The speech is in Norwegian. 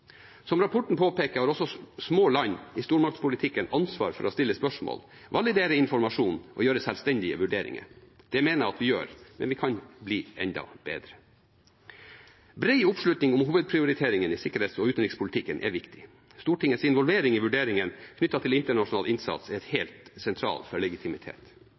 Som rapporten påpeker, har også små land i stormaktspolitikken ansvar for å stille spørsmå1, validere informasjon og gjøre selvstendige vurderinger. Det mener jeg at vi gjør, men vi kan bli enda bedre. Bred oppslutning om hovedprioriteringene i sikkerhets- og utenrikspolitikken er viktig. Stortingets involvering i vurderinger knyttet til internasjonal innsats er helt sentralt for legitimitet.